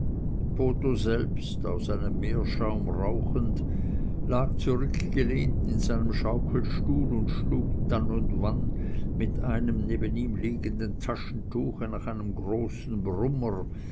botho selbst aus einem meerschaum rauchend lag zurückgelehnt in seinem schaukelstuhl und schlug dann und wann mit einem neben ihm liegenden taschentuche nach einem großen brummer